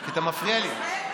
כי אתה מפריע לי.